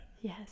Yes